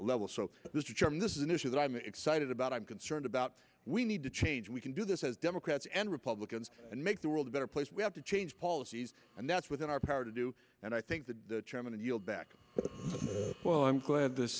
level so this jim this is an issue that i'm excited about i'm concerned about we need to change we can do this as democrats and republicans and make the world a better place we have to change policies and that's within our power to do and i think the chairman and you'll back well i'm glad th